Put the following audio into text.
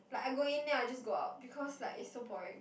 like I go in then I just go out because is like so boring